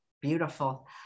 Beautiful